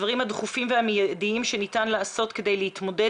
בדברים הדחופים והמיידיים שניתן לעשות כדי להתמודד